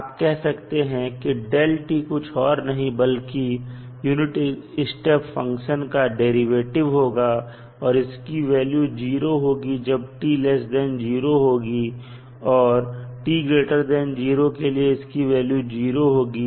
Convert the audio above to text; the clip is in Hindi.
आप कह सकते हैं की कुछ और नहीं बल्कि यूनिट स्टेप फंक्शन कर डेरिवेटिव होगा और इसकी वैल्यू 0 होगी जब t0 होगी और t0 के लिए भी इसकी वैल्यू 0 होगी